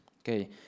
Okay